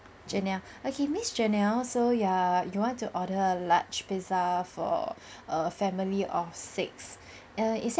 janelle okay miss janelle so you're you want to order large pizza for a family of six err is there